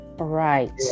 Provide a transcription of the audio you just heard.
Right